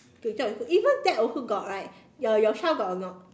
even that also got right your your child got or not